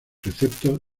preceptos